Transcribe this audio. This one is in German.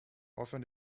aufhören